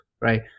right